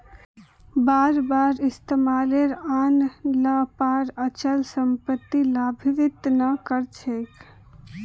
बार बार इस्तमालत आन ल पर अचल सम्पत्ति लाभान्वित त कर छेक